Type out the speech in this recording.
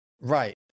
Right